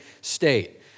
state